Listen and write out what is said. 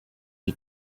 qui